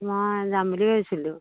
মই যাম বুলি ভাবিছিলোঁ